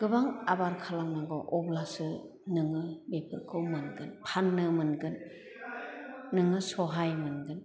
गोबां आबार खालामनांगौ अब्लासो नोङो बेफोरखौ मोनगोन फान्नो मोनगोन नोङो सहाइ मोनगोन